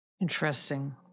Interesting